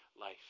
life